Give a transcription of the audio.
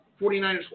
49ers